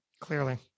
Clearly